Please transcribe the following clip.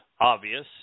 obvious